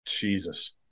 Jesus